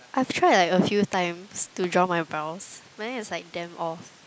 I've tried like a few times to draw my brows but then it's like damn off